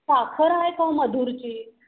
साखर आहे का ओ मधुरची